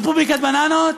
רפובליקת בננות?